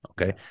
Okay